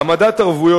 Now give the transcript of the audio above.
העמדת ערבויות